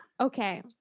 okay